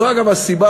זו אגב הסיבה,